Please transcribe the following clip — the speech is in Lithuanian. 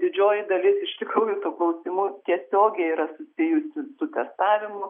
didžioji dalis iš tikrųjų tų klausimų tiesiogiai yra susijusi su testavimu